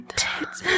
tits